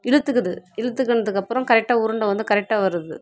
இழுத்துக்குது இழுத்துக்கினதுக்கப்புறம் கரெக்டாக உருண்டை வந்து கரெக்டாக வருது